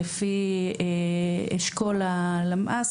לפי אשכול הלמ"ס